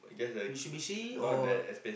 Mitsubishi or what